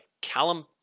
Callum